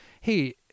hey